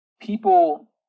people